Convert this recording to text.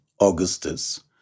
Augustus